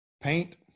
paint